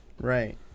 Right